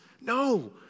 No